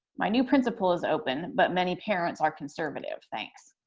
my new principal is open, but many parents are conservative. thanks.